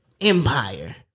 empire